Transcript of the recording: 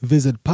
Visit